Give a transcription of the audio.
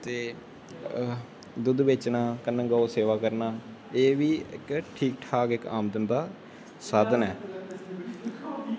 ते दुद्ध बेचना कन्नै गौ सेवा करना एह् बी इक्क ठीक ठाक आमदन दा साधन ऐ